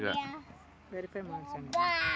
ನನ್ನ ATM pin change ಹೆಂಗ್ ಮಾಡೋದ್ರಿ?